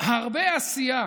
הרבה עשייה,